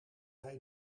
hij